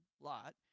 Lot